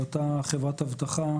לאותה חברת אבטחה,